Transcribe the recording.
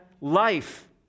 life